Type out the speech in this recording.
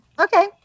Okay